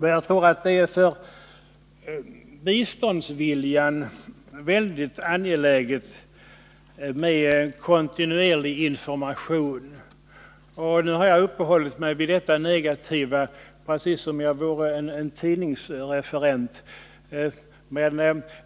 Men jag tror att det är för biståndsviljan mycket angeläget med kontinuerlig information. Nu har jag uppehållit mig vid det negativa precis som om jag vore en tidningsreferent.